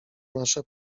nasze